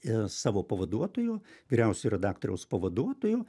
i savo pavaduotoju vyriausiojo redaktoriaus pavaduotoju